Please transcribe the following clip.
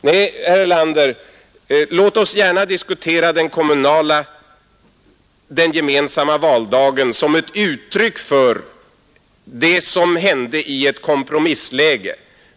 Nej, herr Erlander, låt oss gärna diskutera den gemensamma valdagen som ett uttryck för det som hände i ett kompromissläge.